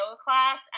class